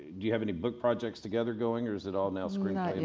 do you have any book projects together going or is it all now screenplay? yeah